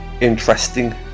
interesting